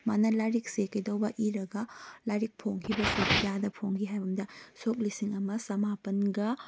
ꯃꯥꯅ ꯂꯥꯏꯔꯤꯛꯁꯦ ꯀꯩꯗꯧꯕ ꯏꯔꯒ ꯂꯥꯏꯔꯤꯛ ꯐꯣꯡꯈꯤꯕꯁꯦ ꯀꯌꯥꯗ ꯐꯣꯡꯈꯤ ꯍꯥꯏꯕꯗ ꯁꯣꯛ ꯂꯤꯁꯤꯡ ꯑꯃ ꯆꯃꯥꯄꯜꯒ